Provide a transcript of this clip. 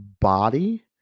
body